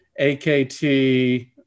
AKT